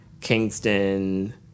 Kingston